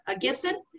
Gibson